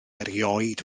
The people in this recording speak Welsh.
erioed